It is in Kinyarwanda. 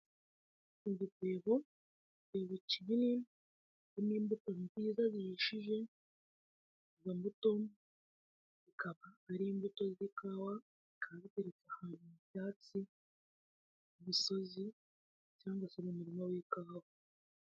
Ibitebo, igitebo kinini kikaba kirimo imbuto nziza zihishije, izo imbuto ikaba ari imbuto z'ikawa zikaba ziteretse ahantu mu byatsi, ku musozi cyangwa se umurima w'ikawa.